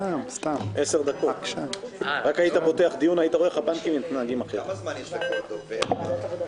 כמה זמן יש לכל דובר?